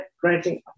Granting